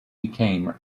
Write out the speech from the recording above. became